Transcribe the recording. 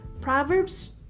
proverbs